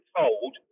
told